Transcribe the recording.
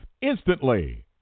instantly